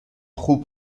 خوب